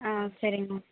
ஆ சரிங்க மேம்